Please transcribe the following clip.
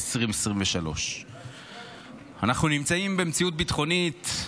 2022. אנחנו נמצאים במציאות ביטחונית,